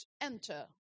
enter